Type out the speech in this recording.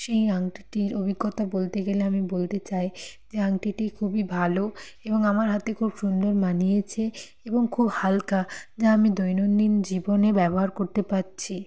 সেই আংটিটির অভিজ্ঞতা বলতে গেলে আমি বলতে চাই যে আংটিটি খুবই ভালো এবং আমার হাতে খুব সুন্দর মানিয়েছে এবং খুব হালকা যা আমি দৈনন্দিন জীবনে ব্যবহার করতে পারছি